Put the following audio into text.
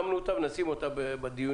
שמנו אותה ונשים אותה בדיונים.